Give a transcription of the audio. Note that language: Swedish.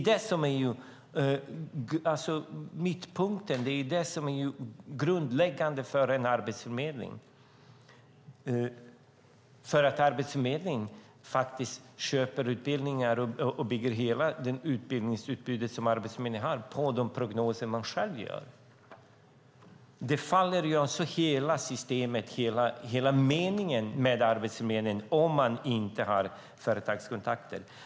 Det är mittpunkten och det grundläggande för en arbetsförmedling, eftersom en arbetsförmedling köper utbildningar och bygger hela det utbildningsutbud den har på de prognoser den själv gör. Hela systemet, hela meningen med Arbetsförmedlingen, faller alltså om man inte har företagskontakter.